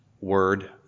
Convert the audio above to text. word